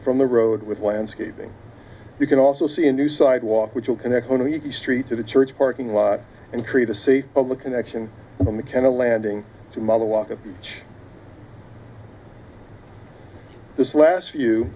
from the road with landscaping you can also see a new sidewalk which will connect one of the street to the church parking lot and create a safe of the connection mckenna landing to mother walk of each this last few